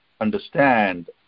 understand